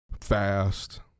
fast